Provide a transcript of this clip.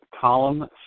Column